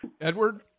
Edward